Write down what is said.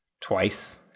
twice